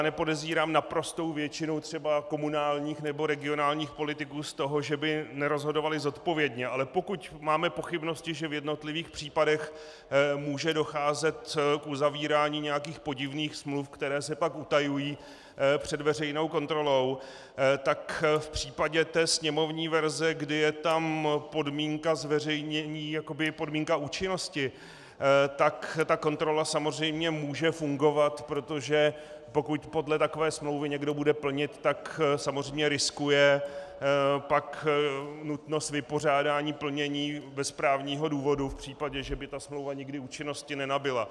Nepodezírám naprostou většinu třeba komunálních nebo regionálních politiků z toho, že by nerozhodovali zodpovědně, ale pokud máme pochybnosti, že v jednotlivých případech může docházet k uzavírání nějakých podivných smluv, které se pak utajují před veřejnou kontrolou, tak v případě sněmovní verze, kdy je tam podmínka zveřejnění jako podmínka účinnosti, kontrola samozřejmě může fungovat, protože pokud podle takové smlouvy někdo bude plnit, tak samozřejmě riskuje nutnost vypořádání plnění bez právního důvodu v případě, že by smlouva nikdy účinnosti nenabyla.